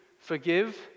forgive